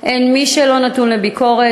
אין מי שלא נתון לביקורת.